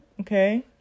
Okay